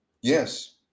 yes